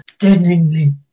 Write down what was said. deadeningly